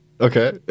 Okay